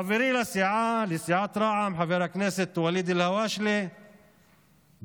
חברי לסיעת רע"מ חבר הכנסת ואליד אלהואשלה פעל